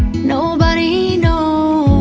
nobody knows